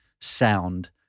sound